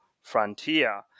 frontier